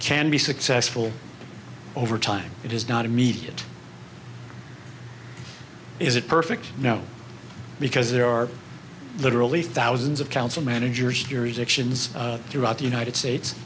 can be successful over time it is not immediate is it perfect now because there are literally thousands of council managers jurisdiction's throughout the united states